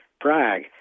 Prague